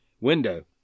window